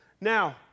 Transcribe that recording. Now